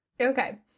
Okay